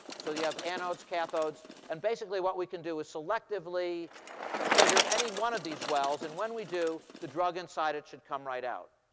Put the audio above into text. so you have anodes, cathodes. and basically, what we can do is selectively trigger any one of these wells. and when we do, the drug inside it should come right out.